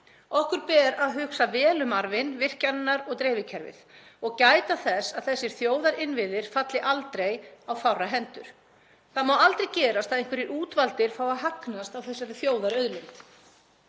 Okkur ber að hugsa vel um arfinn, virkjanirnar og dreifikerfið, og gæta þess að þessir þjóðarinnviðir falli aldrei á fárra hendur. Það má aldrei gerast að einhverjir útvaldir fái að hagnast á þessari þjóðarauðlind.